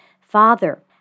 Father